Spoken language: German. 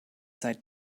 seit